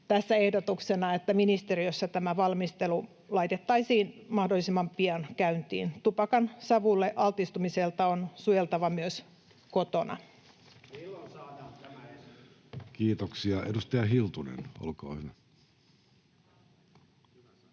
tässä ehdotuksena, että ministeriössä tämä valmistelu laitettaisiin mahdollisimman pian käyntiin. Tupakansavulle altistumiselta on suojeltava myös kotona. [Ben Zyskowicz: Milloin saadaan